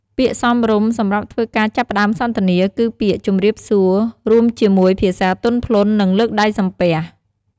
ពាក្យសមរម្យសម្រាប់ធ្វើការចាប់ផ្តើមសន្ទនា គឺពាក្យ "ជម្រាបសួរ" រួមជាមួយភាសាទន់ភ្លន់ និងលើកដៃសំពះ។